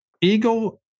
ego